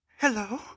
Hello